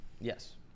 yes